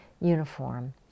uniform